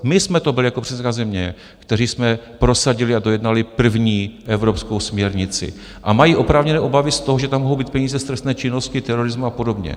My jsme to byli jako předsednická země, kteří jsme prosadili a dojednali první evropskou směrnici, a mají oprávněné obavy z toho, že tam mohou být peníze z trestné činnosti, terorismu a podobně.